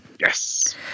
Yes